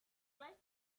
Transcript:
like